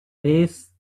lace